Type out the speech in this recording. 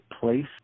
place